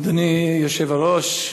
אדוני היושב-ראש,